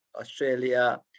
Australia